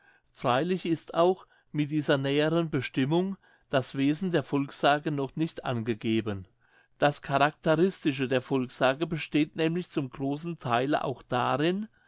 freilich ist auch mit dieser näheren bestimmung das wesen der volkssage noch nicht angegeben das charakteristische der volkssage besteht nämlich zum großen theile auch darin